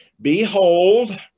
Behold